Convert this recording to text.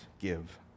give